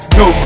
no